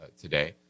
today